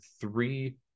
three